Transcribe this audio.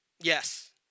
yes